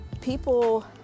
people